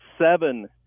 seven